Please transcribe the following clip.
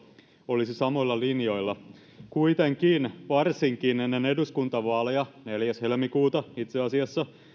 olisi samoilla linjoilla kuitenkin varsinkin ennen eduskuntavaaleja neljäs helmikuuta itse asiassa